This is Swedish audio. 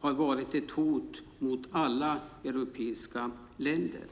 har varit ett hot mot alla europeiska länder.